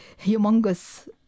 humongous